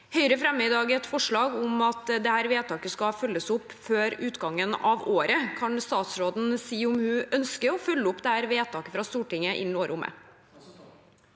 Høyre fremmer i dag et forslag om at vedtaket skal følges opp før utgangen av året. Kan statsråden si om hun ønsker å følge opp vedtaket fra Stortinget innen året